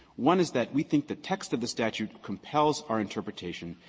one is that we think the text of the statute compels our interpretation,